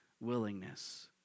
willingness